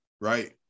right